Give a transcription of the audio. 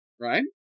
right